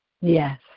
yes